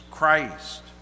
Christ